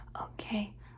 okay